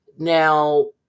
Now